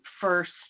first